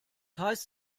heißt